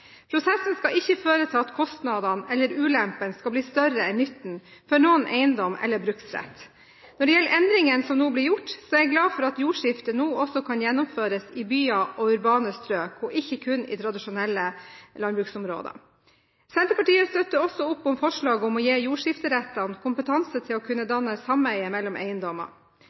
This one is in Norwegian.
Prosessen skal ikke føre til at kostnadene eller ulempene skal bli større enn nytten for noen eiendom eller bruksrett. Når det gjelder endringene som nå blir gjort, er jeg glad for at jordskifte nå også kan gjennomføres i byer og urbane strøk, og ikke kun i tradisjonelle landbruksområder. Senterpartiet støtter også opp om forslaget om å gi jordskifterettene kompetanse til å kunne danne sameie mellom eiendommer.